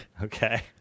Okay